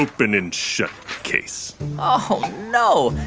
open and shut case oh, no.